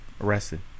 arrested